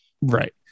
Right